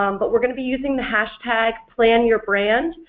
um but we're going to be using the hashtag planyourbrand,